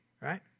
right